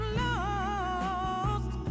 lost